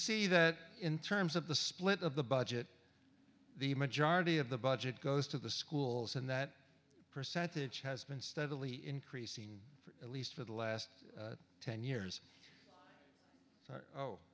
see that in terms of the split of the budget the majority of the budget goes to the schools and that percentage has been steadily increasing for at least for the last ten years